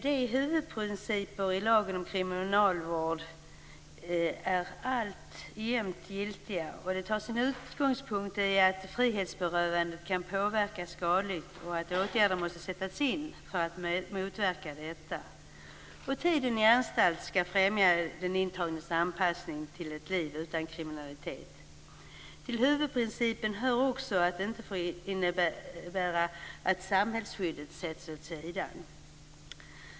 De huvudprinciperna i lagen om kriminalvård är alltjämt giltiga. De tar sin utgångspunkt i att frihetsberövandet kan påverka skadligt och att åtgärder måste sättas in för att motverka detta. Tiden i anstalt skall främja den intagnes anpassning till ett icke-kriminellt liv. Till huvudprincipen hör också att det inte får innebära att samhällsskyddet sätts åt sidan.